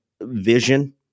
vision